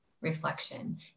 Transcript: reflection